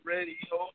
Radio